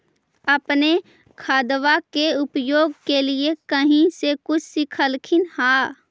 अपने खादबा के उपयोग के लीये कही से कुछ सिखलखिन हाँ?